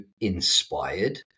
inspired